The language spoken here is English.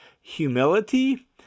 humility